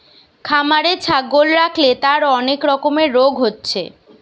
খামারে ছাগল রাখলে তার অনেক রকমের রোগ হচ্ছে